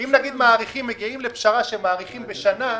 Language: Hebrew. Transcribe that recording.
אם מגיעים לפשרה שמאריכים בשנה,